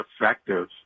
effective